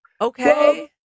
okay